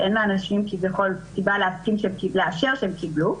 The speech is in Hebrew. שאין לאנשים כביכול סיבה לאשר שהם קיבלו,